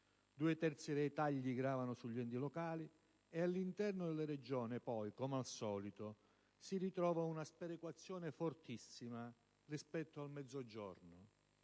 due terzi dei tagli gravano sugli enti locali, mentre all'interno delle Regioni - come al solito - si ritrova una sperequazione fortissima tra il Mezzogiorno